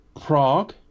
Prague